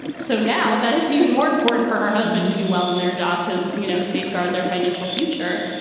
so now that it's even more important for her husband to do well in their job to you know safeguard their financial future.